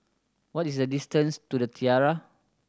what is the distance to The Tiara